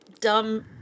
dumb